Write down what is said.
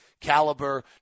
caliber